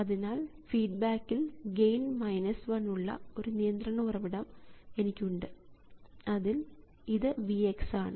അതിനാൽ ഫീഡ്ബാക്കിൽ ഗെയിൻ 1 ഉള്ള ഒരു നിയന്ത്രണ ഉറവിടം എനിക്ക് ഉണ്ട് അതിൽ ഇത് Vx ആണ്